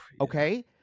Okay